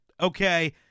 okay